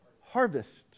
harvest